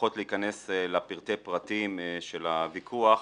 ופחות להיכנס לפרטי הפרטים של הוויכוח,